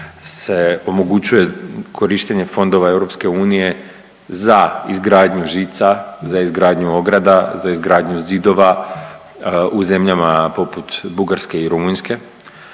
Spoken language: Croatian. se omogućuje korištenje fondova EU za izgradnju žica, za izgradnju ograda, za izgradnju zidova u zemljama poput Bugarske i Rumunjske.